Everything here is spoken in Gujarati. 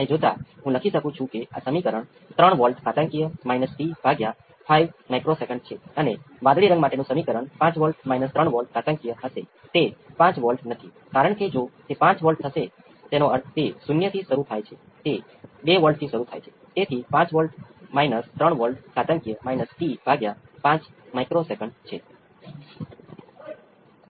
અને કેટલીકવાર સર્કિટ ડિઝાઇનમાં આ ઉપયોગી છે આ એવું છે કે તમારી પાસે કોઈ ટ્રાન્જિયન્ત નથી તમે સર્કિટને યોગ્ય સ્થિતિથી શરૂ કરો છો જેથી તમારી પાસે માત્ર સ્ટડી સ્ટેટ રિસ્પોન્સ હશે